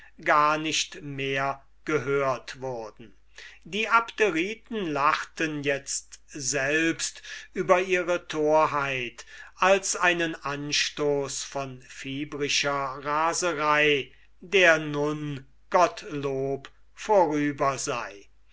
gar nicht mehr gehört wurden die abderiten lachten itzt selbst über ihre torheit als einen anstoß von fiebrischer raserei der nun gottlob vorüber sei